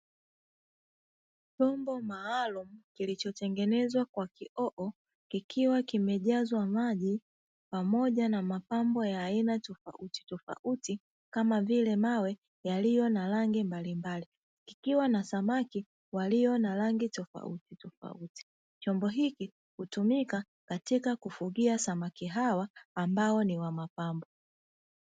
Chombo maalumu kilichotengenezwa kwa kioo, kikiwa kimejazwa maji pamoja na mapambo ya aina tofautitofauti kama vile mawe yaliyo na rangi mbalimbali, kikiwa na samaki walio na rangi tofautitofauti. Chombo hiki hutumika katika kufugia samaki hawa ambao ni wa mapambo.